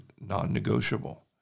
non-negotiable